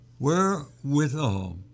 Wherewithal